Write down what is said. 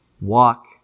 walk